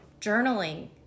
journaling